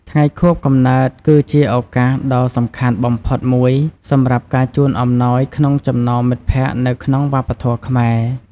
ថ្ងៃខួបកំណើតគឺជាឱកាសដ៏សំខាន់បំផុតមួយសម្រាប់ការជូនអំណោយក្នុងចំណោមមិត្តភក្តិនៅក្នុងវប្បធម៌ខ្មែរ។